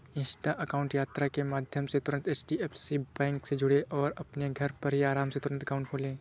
Insta account यात्रा के माध्यम से तुरंत एच.डी.एफ.सी बैंक से जुड़ें और अपने घर पर ही आराम से तुरंत अकाउंट खोले